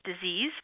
disease